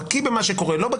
בקי במה שקורה או לא,